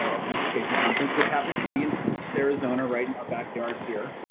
open education conference which happens to be in arizona right in our backyard here,